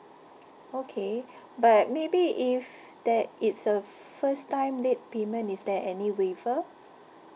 okay but maybe if that is a first time late payment is there any waiver